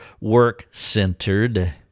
work-centered